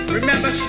remember